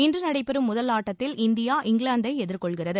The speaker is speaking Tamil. இன்று நடைபெறும் முதல் ஆட்டத்தில் இந்தியா இங்கிலாந்தை எதிர் கொள்கிறது